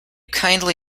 kindly